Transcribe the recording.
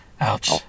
ouch